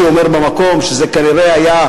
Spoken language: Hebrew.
שלא דרך אהבה,